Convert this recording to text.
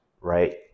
right